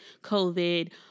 covid